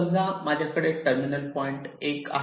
समजा माझ्याकडे terminal point 1 आहे